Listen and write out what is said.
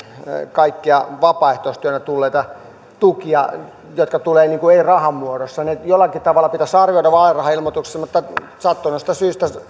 kaikkia vapaaehtoistyönä tulleita tukia jotka eivät tule rahan muodossa ne jollakin tavalla pitäisi arvioida vaalirahailmoituksessa mutta sattuneesta syystä